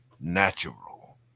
natural